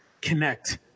connect